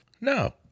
no